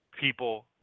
people